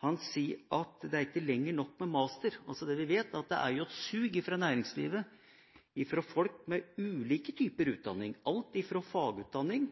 han sier at det er ikke lenger nok med master. Det vi vet, er at det er et sug fra næringslivet etter folk med ulike typer utdanning, alt fra fagutdanning